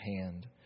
hand